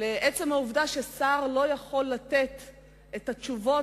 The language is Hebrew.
עצם העובדה ששר לא יכול לתת את התשובות